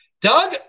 doug